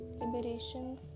liberations